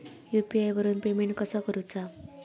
UPI वरून payment कसा करूचा?